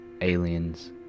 Aliens